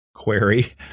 Query